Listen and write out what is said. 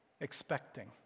expecting